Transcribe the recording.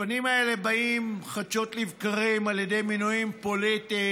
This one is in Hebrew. הפנים האלה באות לידי ביטוי חדשות לבקרים על ידי מינויים פוליטיים